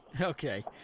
Okay